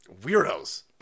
weirdos